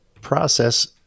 process